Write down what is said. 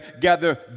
gather